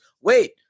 Wait